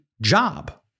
job